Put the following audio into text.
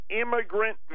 immigrant